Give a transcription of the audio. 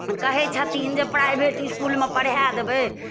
कहे छथिन जे प्राइवेट इसकुलमे पढ़ा देबै